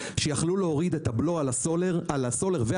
שיכלו להוריד את הבלו על הסולר והדלק,